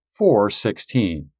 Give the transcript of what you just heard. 4.16